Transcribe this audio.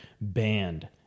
banned